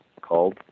called